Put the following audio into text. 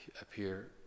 appear